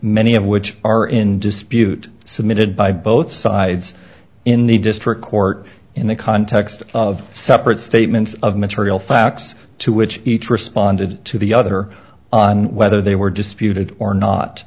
many of which are in dispute submitted by both sides in the district court in the context of separate statements of material facts to which each responded to the other and whether they were disputed or not